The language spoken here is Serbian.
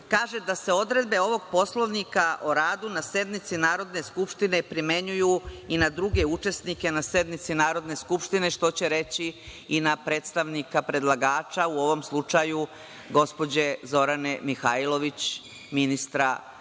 kaže da se odredbe ovog Poslovnika o radu na sednici Narodne skupštine primenjuju i na druge učesnike na sednici Narodne skupštine, što će reći i na predstavnika predlagača, u ovom slučaju gospođe Zorane Mihajlović, ministra nadležnog